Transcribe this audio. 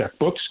checkbooks